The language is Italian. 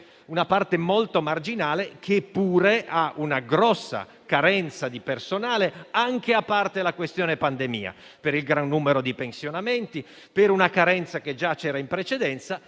una parte molto marginale, anche se ha una grossa carenza di personale, non solo per la pandemia, ma anche per il gran numero di pensionamenti e una carenza che già c'era in precedenza;